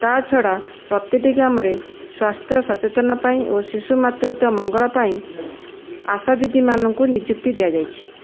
ତା ଛଡ଼ା ପ୍ରତିଟି ଗ୍ରାମରେ ସ୍ୱାସ୍ଥ୍ୟ ସଚେତନ ପାଇଁ ଓ ଶିଶୁ ମାତୃତ୍ଵ ମଙ୍ଗଳ ପାଇଁ ଆଶା ଦିଦି ମାନଙ୍କୁ ନିଯୁକ୍ତି ଦିଆଯାଇଛି